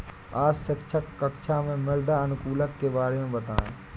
आज शिक्षक कक्षा में मृदा अनुकूलक के बारे में बताएं